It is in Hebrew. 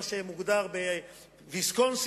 מה שמוגדר "ויסקונסין",